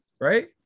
right